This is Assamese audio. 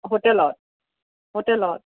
হোটেলত হোটেলত